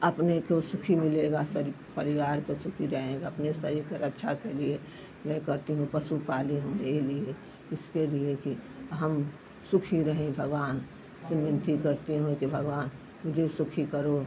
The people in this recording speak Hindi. अपने को सुखी मिलेगा स परिवार को सुखी रहेगा अपने शरीर से रक्षा के लिए मैं करती हूँ पशु पाली हूँ ये लिए इसके लिए कि हम सुखी रहे भगवान से विनती करती हूँ कि भगवान मुझे सुखी करो